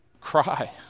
cry